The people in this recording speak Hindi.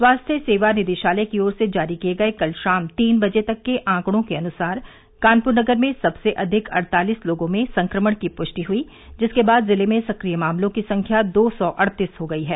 स्वास्थ्य सेवा निदेशालय की ओर से जारी किए गए कल शाम तीन बजे तक के आंकड़ों के अनुसार कानपुर नगर में सबसे अधिक अड़तालीस लोगों में संक्रमण की पुष्टि हुई जिसके बाद जिले में सक्रिय मामलों की संख्या दो सौ अड़तीस हो गयी है